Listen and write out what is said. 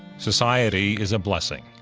society is a blessing.